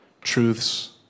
truths